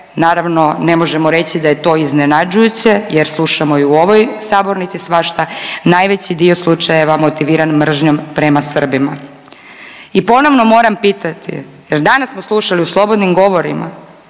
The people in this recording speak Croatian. naravno ne možemo reći da je to iznenađujuće jer slušamo i u ovoj sabornici svašta, najveći dio slučajeva motiviran mržnjom prema Srbima. I ponovno moram pitati jer danas smo slušali u slobodnim govorima